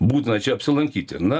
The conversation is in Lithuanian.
būtina čia apsilankyti na